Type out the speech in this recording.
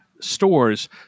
stores